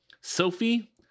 Sophie